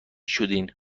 شدین